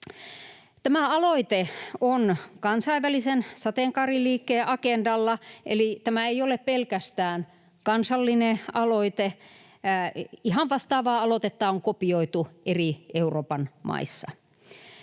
Tämä aloite on kansainvälisen sateenkaariliikkeen agendalla, eli tämä ei ole pelkästään kansallinen aloite. Ihan vastaavaa aloitetta on kopioitu eri Euroopan maissa.